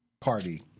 party